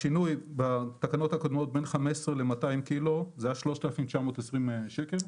השינוי בתקנות הקודמות בין 15 ל-200 ק"ג זה היה 3,920 שקלים.